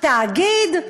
תאגיד,